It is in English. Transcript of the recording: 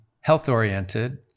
health-oriented